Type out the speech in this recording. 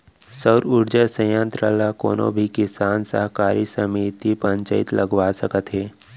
सउर उरजा संयत्र ल कोनो भी किसान, सहकारी समिति, पंचईत लगवा सकत हे